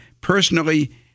personally